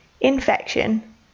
infection